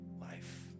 life